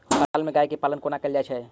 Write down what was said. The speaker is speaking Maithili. खटाल मे गाय केँ पालन कोना कैल जाय छै?